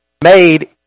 Made